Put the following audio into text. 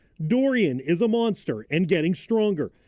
dorian is a monster and getting stronger.